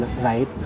right